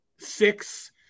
Six